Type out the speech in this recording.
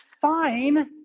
fine